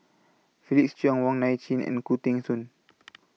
Felix Cheong Wong Nai Chin and Khoo Teng Soon